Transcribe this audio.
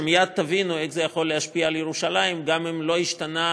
ומיד תבינו איך זה יכול להשפיע על ירושלים גם אם לא השתנתה,